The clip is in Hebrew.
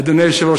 אדוני היושב-ראש,